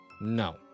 No